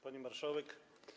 Pani Marszałek!